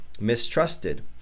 mistrusted